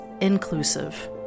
inclusive